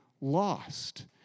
lost